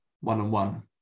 one-on-one